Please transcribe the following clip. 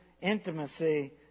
intimacy